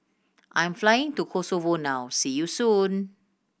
I'm flying to Kosovo now see you soon